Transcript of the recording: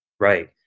Right